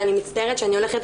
ואני מצטערת שאני הולכת,